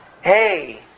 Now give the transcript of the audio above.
Hey